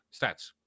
stats